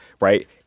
right